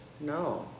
No